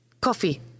Coffee